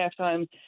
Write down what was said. halftime